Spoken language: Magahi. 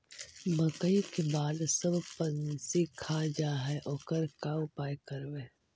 मकइ के बाल सब पशी खा जा है ओकर का उपाय करबै?